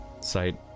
site